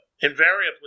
invariably